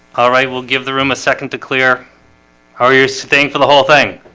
all right, we'll give the room a second to clear how are your staying for the whole thing